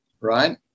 right